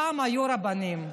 פעם היו רבנים,